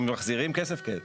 אם מחזירים כסף, כן.